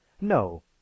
No